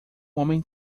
homem